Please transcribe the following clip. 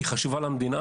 היא חשובה למדינה,